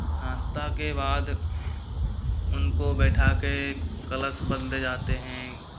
नास्ता के बाद उनको बैठा के कलश बांधे जाते है